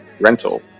rental